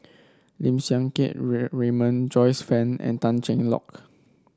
Lim Siang Keat Raymond Joyce Fan and Tan Cheng Lock